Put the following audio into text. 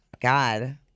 God